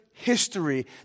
history